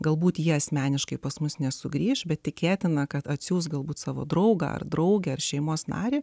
galbūt jie asmeniškai pas mus nesugrįš bet tikėtina kad atsiųs galbūt savo draugą draugę ar šeimos narį